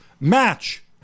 Match